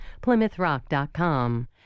PlymouthRock.com